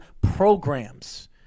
programs